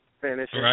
finish